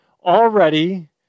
already